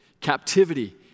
Captivity